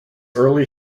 early